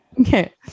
Okay